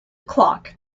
clock